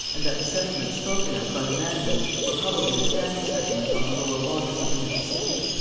and that the settlements spoken of by the mandans were probably the spanish settlements on the lower waters of the mississippi.